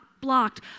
blocked